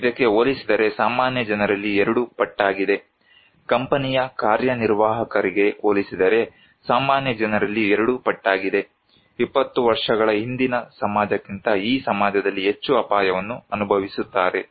ಇದಕ್ಕೆ ಹೋಲಿಸಿದರೆ ಸಾಮಾನ್ಯ ಜನರಲ್ಲಿ ಎರಡು ಪಟ್ಟಾಗಿದೆ ಕಂಪನಿಯ ಕಾರ್ಯನಿರ್ವಾಹಕರಿಗೆ ಹೋಲಿಸಿದರೆ ಸಾಮಾನ್ಯ ಜನರಲ್ಲಿ ಎರಡು ಪಟ್ಟಾಗಿದೆ 20 ವರ್ಷಗಳ ಹಿಂದಿನ ಸಮಾಜಕ್ಕಿಂತ ಈ ಸಮಾಜದಲ್ಲಿ ಹೆಚ್ಚು ಅಪಾಯವನ್ನು ಅನುಭವಿಸುತ್ತಾರೆ